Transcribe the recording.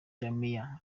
jumia